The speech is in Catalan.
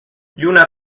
lluna